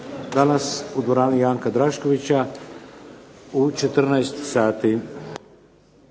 danas u dvorani Janka Draškovića danas